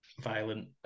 violent